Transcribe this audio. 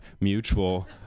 mutual